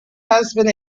husband